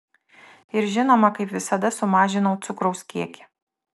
ir žinoma kaip visada sumažinau cukraus kiekį